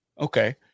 okay